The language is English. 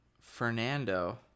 Fernando